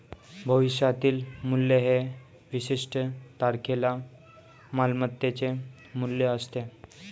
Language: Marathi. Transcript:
भविष्यातील मूल्य हे विशिष्ट तारखेला मालमत्तेचे मूल्य असते